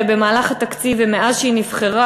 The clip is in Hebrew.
במהלך התקציב ומאז נבחרה,